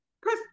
chris